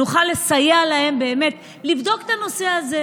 כדי שנוכל לסייע להם באמת לבדוק את הנושא הזה.